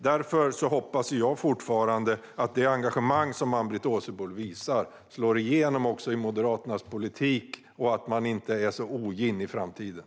Därför hoppas jag fortfarande att det engagemang som Ann-Britt Åsebol visar också slår igenom i Moderaternas politik och att man inte är så ogin i framtiden.